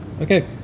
okay